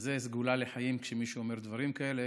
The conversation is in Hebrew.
שזה סגולה לחיים, כשמישהו אומר דברים כאלה.